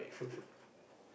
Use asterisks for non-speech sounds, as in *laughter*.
*laughs*